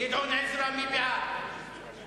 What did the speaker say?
גדעון עזרא, מי בעד?